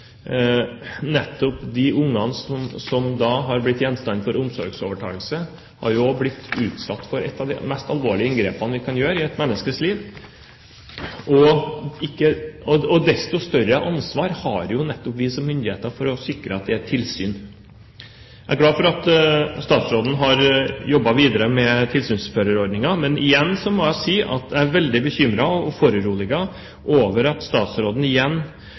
nettopp de barna som har blitt gjenstand for omsorgsovertakelse, har også blitt utsatt for et av de mest alvorlige inngrepene vi kan gjøre i et menneskes liv. Desto større ansvar har nettopp vi som myndigheter for å sikre at det er et tilsyn. Jeg er glad for at statsråden har jobbet videre med tilsynsførerordningen. Men jeg må si at jeg er veldig bekymret og foruroliget over at statsråden igjen